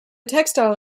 textile